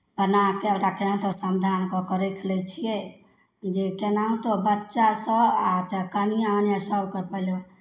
बना कऽ ओकरा रखै हइ हइ तऽ समधान कऽ कऽ राखि लैत छियै जे केना हेतहु बच्चा सऽ आ चाहे कनिआँ मनिआँ सभकेँ पलि